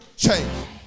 change